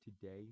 today